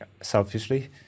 selfishly